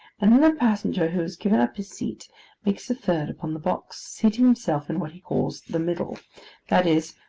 and then the passenger who has given up his seat makes a third upon the box, seating himself in what he calls the middle that is,